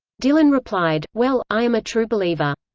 dylan replied well, i am a true believer.